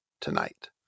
tonight